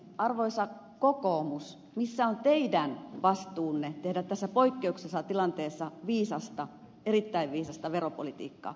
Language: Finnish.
arvoisa kokoomus missä on teidän vastuunne tehdä tässä poikkeuksellisessa tilanteessa erittäin viisasta veropolitiikkaa